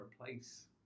replace